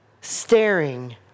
staring